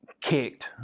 kicked